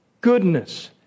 goodness